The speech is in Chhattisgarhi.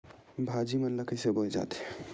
भाजी मन ला कइसे बोए जाथे?